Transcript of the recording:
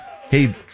hey